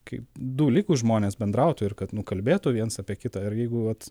kaip du lygūs žmonės bendrautų ir kad nu kalbėtų viens apie kitą ir jeigu vat